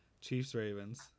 Chiefs-Ravens